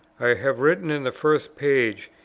i have written in the first page,